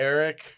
Eric